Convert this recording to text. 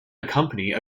accompany